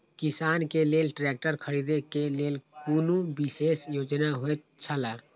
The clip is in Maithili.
किसान के लेल ट्रैक्टर खरीदे के लेल कुनु विशेष योजना होयत छला?